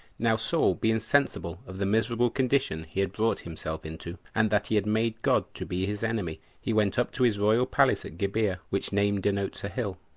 now saul being sensible of the miserable condition he had brought himself into, and that he had made god to be his enemy, he went up to his royal palace at gibeah, which name denotes a hill,